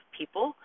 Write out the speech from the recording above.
people